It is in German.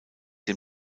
dem